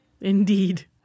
indeed